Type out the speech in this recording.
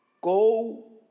go